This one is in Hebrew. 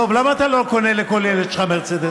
דב, למה אתה לא קונה לכל ילד שלך מרצדס?